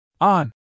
On